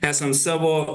esam savo